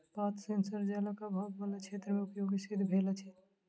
पात सेंसर जलक आभाव बला क्षेत्र मे उपयोगी सिद्ध भेल अछि